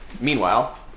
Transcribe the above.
meanwhile